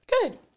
Good